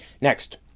next